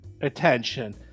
attention